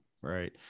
right